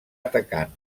atacant